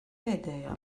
pēdējā